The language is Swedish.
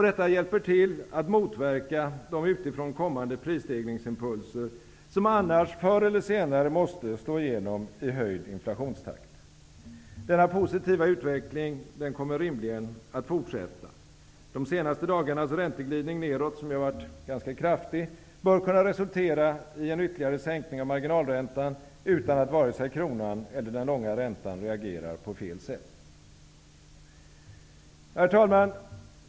Detta hjälper till att motverka de utifrån kommande prisstegringsimpulser som annars förr eller senare måste slå igenom i höjd inflationstakt. Denna positiva utveckling kommer rimligen att fortsätta. De senaste dagarnas ränteglidning nedåt, som varit ganska kraftig, bör kunna resultera i en ytterligare sänkning av marginalräntan utan att vare sig kronan eller den långa räntan reagerar på fel sätt. Herr talman!